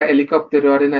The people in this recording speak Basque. helikopteroarena